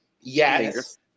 Yes